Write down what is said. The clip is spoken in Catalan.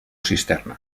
cisterna